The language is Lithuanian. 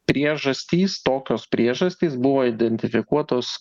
priežastys tokios priežastys buvo identifikuotos